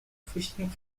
fishing